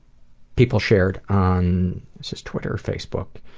people shared on, is this twitter or facebook?